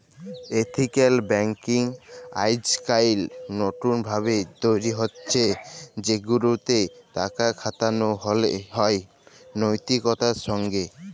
ethical banking আইজকাইল লতুল ভাবে তৈরি হছে সেগুলাতে টাকা খাটালো হয় লৈতিকতার সঙ্গে